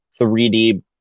3d